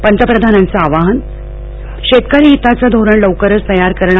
पंतप्रधानांचं आवाहन शेतकरी हिताचं धोरण लवकरच तयार करणार